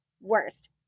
worst